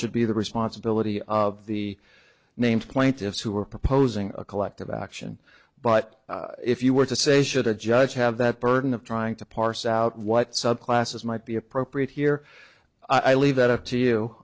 should be the responsibility of the named plaintiffs who are proposing a collective action but if you were to say should a judge have that burden of trying to parse out what subclasses might be appropriate here i leave it up to you